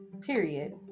Period